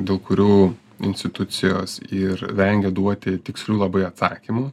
dėl kurių institucijos ir vengia duoti tikslių labai atsakymų